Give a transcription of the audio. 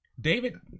David